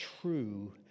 true